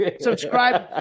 Subscribe